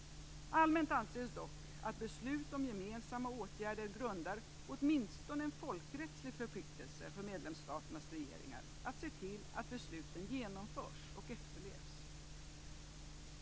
Allmänt anses att beslut om gemensamma åtgärder grundar åtminstone en folkrättslig förpliktelse för medlemsstaternas regeringar att se till att besluten genomförs och efterlevs.